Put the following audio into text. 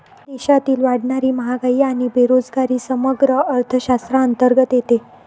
देशातील वाढणारी महागाई आणि बेरोजगारी समग्र अर्थशास्त्राअंतर्गत येते